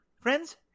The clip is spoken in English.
Friends